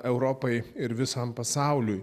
europai ir visam pasauliui